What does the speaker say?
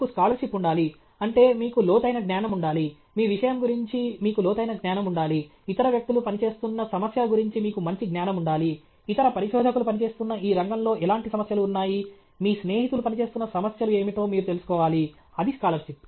మీకు స్కాలర్షిప్ ఉండాలి అంటే మీకు లోతైన జ్ఞానం ఉండాలి మీ విషయం గురించి మీకు లోతైన జ్ఞానం ఉండాలి ఇతర వ్యక్తులు పనిచేస్తున్న సమస్యల గురించి మీకు మంచి జ్ఞానం ఉండాలి ఇతర పరిశోధకులు పనిచేస్తున్న ఈ రంగంలో ఎలాంటి సమస్యలు ఉన్నాయి మీ స్నేహితులు పనిచేస్తున్న సమస్యలు ఏమిటో మీరు తెలుసుకోవాలి అది స్కాలర్షిప్